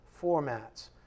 formats